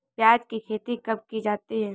प्याज़ की खेती कब की जाती है?